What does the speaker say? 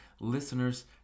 listeners